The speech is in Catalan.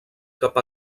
cap